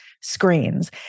screens